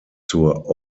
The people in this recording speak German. zur